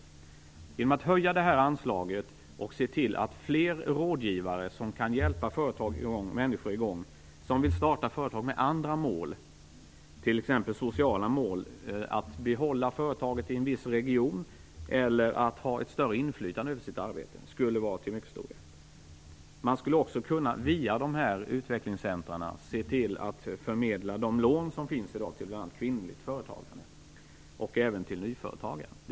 Det skulle vara till mycket stor hjälp om vi höjde anslaget och såg till att det blir fler rådgivare som kan hjälpa människor att starta företag med andra mål, t.ex. sociala mål, att behålla företaget i en viss region eller att ha ett större inflytande över sitt arbete. Man skulle också via dessa utvecklingscentrer kunna förmedla de lån som finns till bl.a. kvinnligt företagande och till nyföretagare.